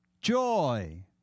joy